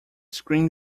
screen